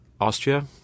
Austria